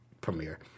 premiere